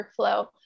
workflow